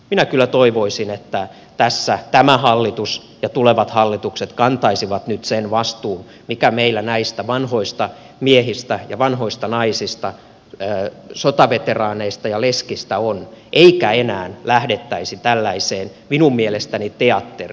minä kyllä toivoisin että tässä tämä hallitus ja tulevat hallitukset kantaisivat nyt sen vastuun mikä meillä näistä vanhoista miehistä ja vanhoista naisista sotaveteraaneista ja leskistä on eikä enää lähdettäisi tällaiseen minun mielestäni teatteriin